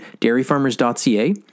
dairyfarmers.ca